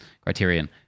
Criterion